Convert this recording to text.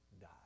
die